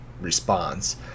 response